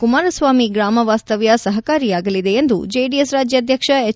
ಕುಮಾರಸ್ವಾಮಿ ಗ್ರಾಮ ವಾಸ್ತವ್ಯ ಸಹಕಾರಿಯಾಗಲಿದೆ ಎಂದು ಜೆಡಿಎಸ್ ರಾಜ್ಯಾಧ್ಯಕ್ಷ ಎಚ್